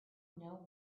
know